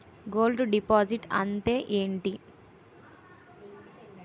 Gold deposit అంతే ఎంటి?